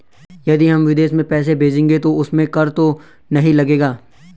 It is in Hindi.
यदि हम विदेश में पैसे भेजेंगे तो उसमें कर तो नहीं लगेगा?